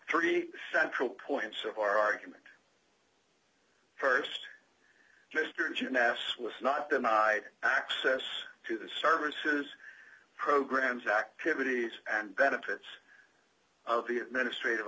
three central points of our argument st just or gymnasts was not denied access to the services programs activities and benefits of the administrative